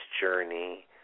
journey